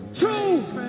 two